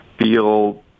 feel